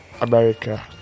America